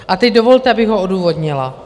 A teď dovolte, abych ho odůvodnila.